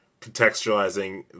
contextualizing